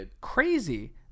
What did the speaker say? crazy